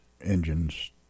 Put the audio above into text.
engines